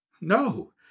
No